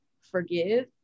forgive